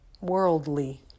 worldly